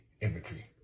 Inventory